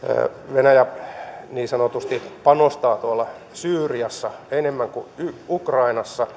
venäjä niin sanotusti panostaa tuolla syyriassa enemmän kuin ukrainassa